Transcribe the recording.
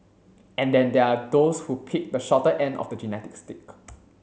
and then there are those who picked the shorter end of the genetic stick